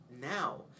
now